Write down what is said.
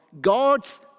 God's